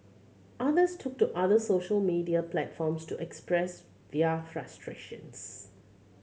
others took to other social media platforms to express their frustrations